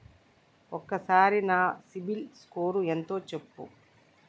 ఒక్కసారి నా CIBIL score ఎంత చెప్పు?